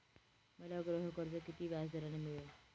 मला गृहकर्ज किती व्याजदराने मिळेल?